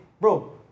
bro